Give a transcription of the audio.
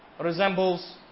resembles